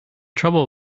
trouble